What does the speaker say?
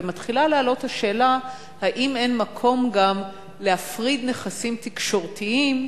ומתחילה לעלות השאלה: האם אין מקום להפריד גם נכסים תקשורתיים,